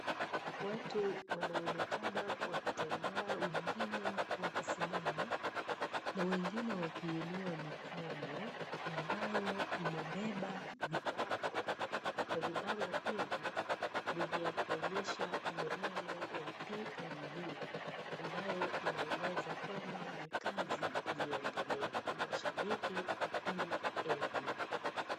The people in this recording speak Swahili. Watu wanaonekana wakitembea wengine wakisimama na wengine wakiinua mikono ambayo imebeba vibango na vibango hivi ni vya kuonyesha mrengo wa PNU ambayo inaeleza kwamba ni kazi iendelee. Ni mashabiki wa PNU.